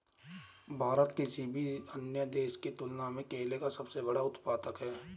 भारत किसी भी अन्य देश की तुलना में केले का सबसे बड़ा उत्पादक है